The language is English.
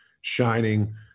shining